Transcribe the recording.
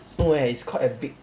no eh it's quite a big